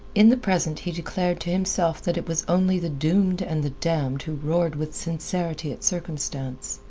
in the present, he declared to himself that it was only the doomed and the damned who roared with sincerity at circumstance.